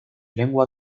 lengua